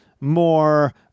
more